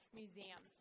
museum